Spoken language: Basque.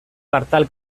partal